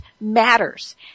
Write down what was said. Matters